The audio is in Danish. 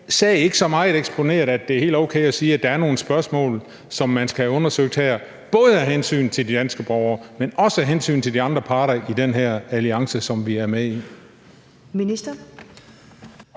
sag ikke så meget eksponeret, at det er helt okay at sige, at der er nogle spørgsmål, som man skal have undersøgt her, både af hensyn til de danske borgere, men også af hensyn til de andre parter i den her alliance, som vi er med i? Kl.